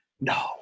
No